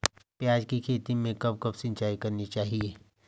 प्याज़ की खेती में कब कब सिंचाई करनी चाहिये?